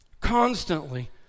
constantly